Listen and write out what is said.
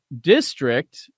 district